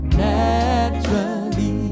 naturally